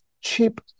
cheap